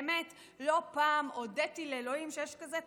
באמת לא פעם הודיתי לאלוהים שיש כזה תפקיד,